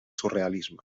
surrealisme